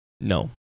No